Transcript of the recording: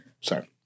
Sorry